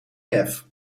jef